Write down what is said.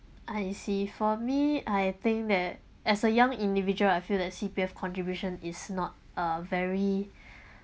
I see for me I think that as a young individual I feel that C_P_F contribution is not a very